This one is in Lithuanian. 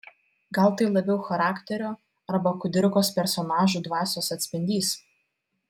gal tai labiau charakterio arba kudirkos personažų dvasios atspindys